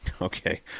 Okay